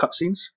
cutscenes